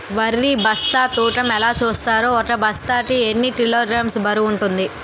వరి బస్తా తూకం ఎలా చూస్తారు? ఒక బస్తా కి ఎన్ని కిలోగ్రామ్స్ బరువు వుంటుంది?